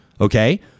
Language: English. okay